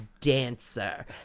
dancer